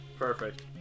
Perfect